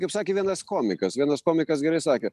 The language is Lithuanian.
kaip sakė vienas komikas vienas komikas gerai sakė